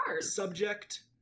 subject